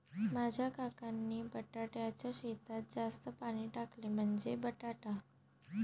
माझ्या काकांनी बटाट्याच्या शेतात जास्त पाणी टाकले, म्हणजे बटाटा